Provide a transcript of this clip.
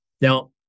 Now